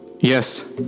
Yes